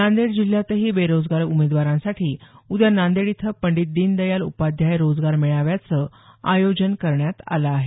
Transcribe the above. नांदेड जिल्ह्यातही बेरोजगार उमेदवारांसाठी उद्या नांदेड इथं पंडीत दीनदयाल उपाध्याय रोजगार मेळाव्याचं आयोजन करण्यात आलं आहे